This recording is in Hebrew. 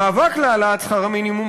המאבק להעלאת שכר המינימום,